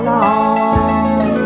long